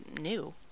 new